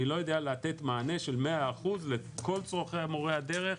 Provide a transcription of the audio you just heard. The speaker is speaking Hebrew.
אני לא יודע לתת מענה של 100% לכל צרכי מורי הדרך